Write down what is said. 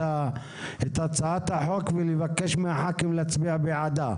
הצעת החוק ולבקש מהח"כים להצביע בעדה?